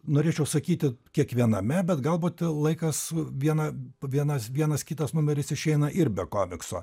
norėčiau sakyti kiekviename bet galbūt laikas viena vienas vienas kitas numeris išeina ir be komikso